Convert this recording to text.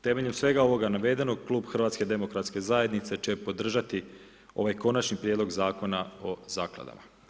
Temeljem svega navedeno Klub HDZ-a će podržati ovaj Konačni prijedlog zakona o zakladama.